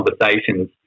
conversations